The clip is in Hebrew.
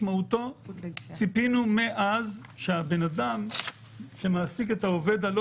ציפינו מאז שהבן אדם שמעסיק את העובד הלא